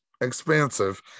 expansive